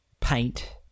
paint